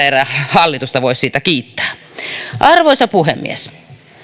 erää hallitusta voi siitä kiittää arvoisa puhemies